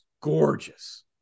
Gorgeous